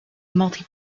multi